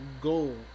goal